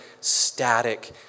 static